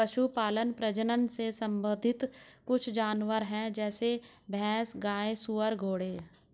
पशुपालन प्रजनन से संबंधित कुछ जानवर है जैसे भैंस, गाय, सुअर, घोड़े